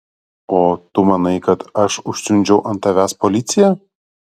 o tu manai kad aš užsiundžiau ant tavęs policiją